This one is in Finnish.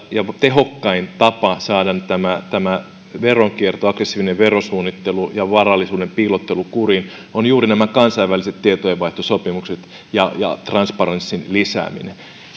ja tehokkain tapa saada tämä veronkierto aggressiivinen verosuunnittelu ja varallisuuden piilottelu kuriin ovat juuri nämä kansainväliset tietojenvaihtosopimukset ja ja transparenssin lisääminen